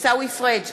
עיסאווי פריג'